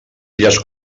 illes